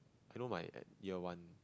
I know my year one